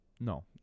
No